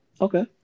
Okay